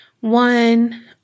One